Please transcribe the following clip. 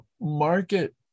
market